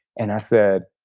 and i said,